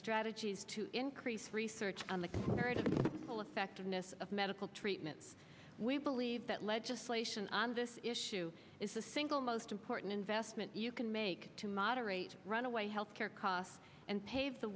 strategies to increase research on the comparative full effectiveness of medical treatments we believe that legislation on this issue is the single most important investment you can make to moderate runaway health care costs and pave the